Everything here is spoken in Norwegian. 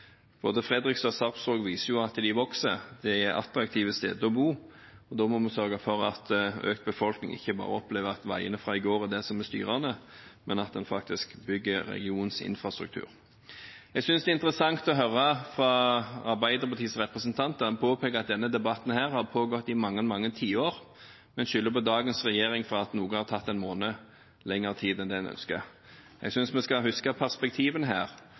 Både Fredrikstad og Sarpsborg viser at de vokser, det er attraktive steder å bo. Da må vi sørge for at økt befolkning ikke bare opplever at veiene fra i går er det som er styrende, men at man faktisk bygger regionens infrastruktur. Jeg synes det er interessant å høre fra Arbeiderpartiets representanter at de påpeker at denne debatten har pågått i mange, mange tiår, men skylder på dagens regjering for at noe har tatt en måned lengre tid enn det man ønsker. Jeg synes vi skal huske perspektivene her,